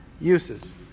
uses